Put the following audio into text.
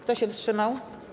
Kto się wstrzymał?